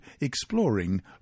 exploring